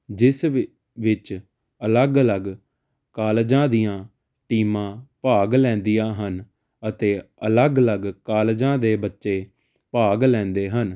ਜਿਸ ਵਿੱਚ ਅਲੱਗ ਅਲੱਗ ਕਾਲਜਾਂ ਦੀਆਂ ਟੀਮਾਂ ਭਾਗ ਲੈਂਦੀਆਂ ਹਨ ਅਤੇ ਅਲੱਗ ਅਲੱਗ ਕਾਲਜਾਂ ਦੇ ਬੱਚੇ ਭਾਗ ਲੈਂਦੇ ਹਨ